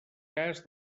cas